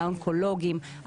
עלה אונקולוגים,